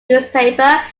newspaper